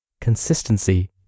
consistency